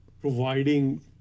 providing